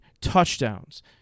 touchdowns